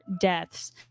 deaths